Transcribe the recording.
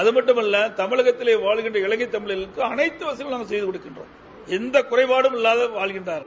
அடுமட்டுமல்வ தமிழகத்தில் வாழுகின்ற இலங்கை தமிழர்களுக்கு அனைத்து வசதிகளும் செய்து கொடுத்து இருக்கிறோம் எந்த குறைபாடும் இல்லாமல் வாழ்கின்றார்கள்